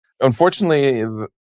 Unfortunately